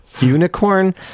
unicorn